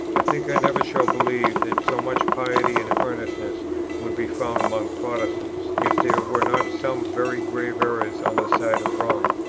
i think i never shall believe that so much piety and earnestness would be found among protestants, if there were not some very grave errors on the side of rome.